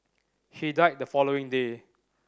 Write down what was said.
he died the following day